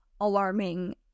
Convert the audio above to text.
alarming